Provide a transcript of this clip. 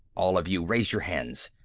all of you! raise your hands!